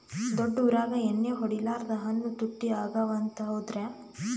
ದೊಡ್ಡ ಊರಾಗ ಎಣ್ಣಿ ಹೊಡಿಲಾರ್ದ ಹಣ್ಣು ತುಟ್ಟಿ ಅಗವ ಅಂತ, ಹೌದ್ರ್ಯಾ?